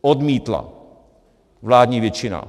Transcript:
Odmítla to vládní většina.